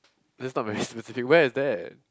that's not very specific where is that